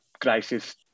crisis